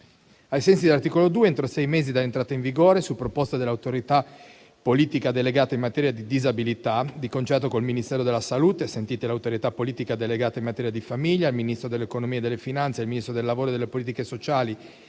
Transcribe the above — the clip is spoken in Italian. Ai sensi dell'articolo 2, entro sei mesi dall'entrata in vigore, su proposta dell'Autorità politica delegata in materia di disabilità, di concerto con il Ministro della salute, sentita l'Autorità politica delegata in materia di famiglia, il Ministro dell'economia e delle finanze, il Ministro del lavoro e delle politiche sociali